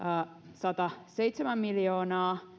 sataseitsemän miljoonaa